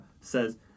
says